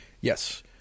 Yes